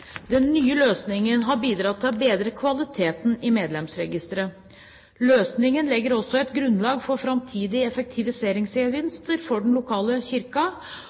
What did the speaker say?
Den nye løsningen har bidratt til å bedre kvaliteten i medlemsregisteret. Løsningen legger også et grunnlag for framtidige effektiviseringsgevinster for den lokale